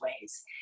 ways